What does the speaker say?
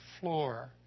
floor